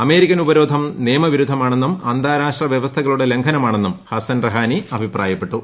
American ഉപരോധം നിയമ വിരുദ്ധമാണെന്നും അന്താരാഷ്ട്ര വൃവസ്ഥകളുടെ ലംഘനമാണെന്നും ഹസ്സ്ൻ റഹാനി അഭിപ്രായപ്പെട്ടു